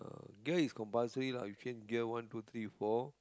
gear is compulsory lah you change gear one two three four